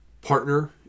partner